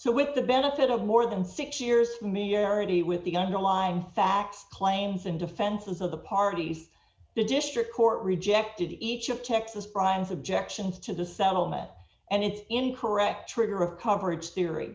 so with the benefit of more than six years familiarity with the i know line facts claims and defenses of the parties the district court rejected each of texas brian's objections to the settlement and its incorrect trigger of coverage theory